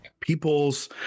People's